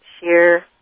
sheer